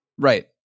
Right